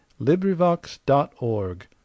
LibriVox.org